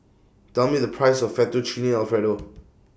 Tell Me The Price of Fettuccine Alfredo